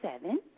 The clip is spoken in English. seven